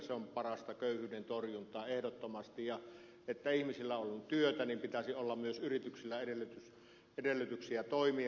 se on parasta köyhyyden torjuntaa ehdottomasti ja jotta ihmisillä on työtä pitäisi olla myös yrityksillä edellytyksiä toimia